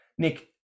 Nick